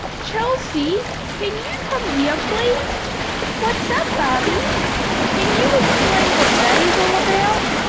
chelsea! can you come here please what's up, barbie can you explain what that is all about?